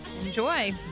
Enjoy